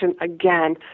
again